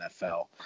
NFL